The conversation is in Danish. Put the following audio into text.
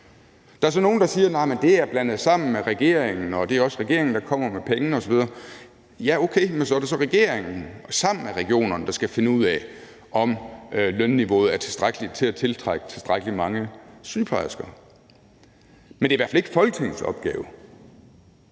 Der er så nogle, der siger, at det er blandet sammen med regeringen, og at det også er regeringen, der kommer med pengene osv. Ja, okay, men så er det så regeringen, der sammen med regionerne skal finde ud af, om lønniveauet er tilstrækkeligt til at tiltrække tilstrækkelig mange sygeplejersker, men det er i hvert fald ikke Folketingets opgave.